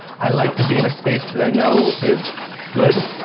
i like to be in a space that i know is good.